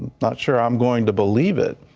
not sure i'm going to believe it.